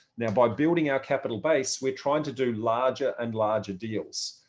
now by building our capital base, we're trying to do larger and larger deals.